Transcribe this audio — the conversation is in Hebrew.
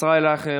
ישראל אייכלר,